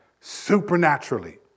supernaturally